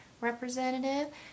representative